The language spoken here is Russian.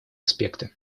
аспекты